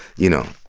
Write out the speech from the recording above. you know,